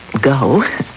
Go